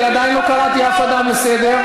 אני עדיין לא קראתי אף אדם לסדר,